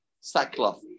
sackcloth